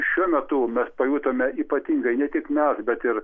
šiuo metu mes pajutome ypatingai ne tik mes bet ir